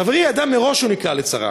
חברי ידע מראש שהוא נקלע לצרה.